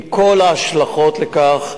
עם כל ההשלכות של כך.